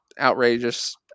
outrageous